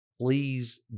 please